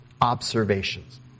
observations